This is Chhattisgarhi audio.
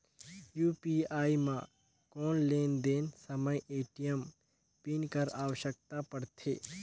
यू.पी.आई म कौन लेन देन समय ए.टी.एम पिन कर आवश्यकता पड़थे?